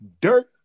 Dirt